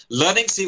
learning